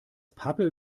pappe